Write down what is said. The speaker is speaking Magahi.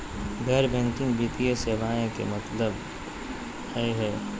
गैर बैंकिंग वित्तीय सेवाएं के का मतलब होई हे?